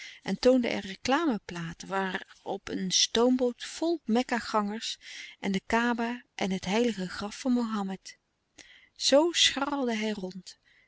en toonde er reclameplaten waarop een stoomboot vol mekka gangers en de kaaba en het heilige graf van mohammed zoo scharrelde hij rond